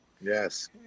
Yes